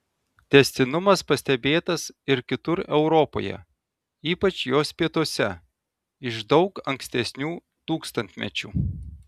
tęstinumas pastebėtas ir kitur europoje ypač jos pietuose iš daug ankstesnių tūkstantmečių